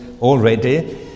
already